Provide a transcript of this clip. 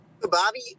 Bobby